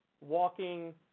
walking